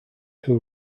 who